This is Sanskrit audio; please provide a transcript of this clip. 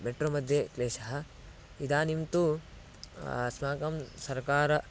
मेट्रोमध्ये क्लेशः इदानीं तु अस्माकं सर्वकारः